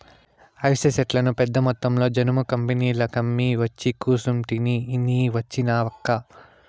అవిసె సెట్లను పెద్దమొత్తంలో జనుము కంపెనీలకమ్మి ఒచ్చి కూసుంటిని నీ వచ్చినావక్కా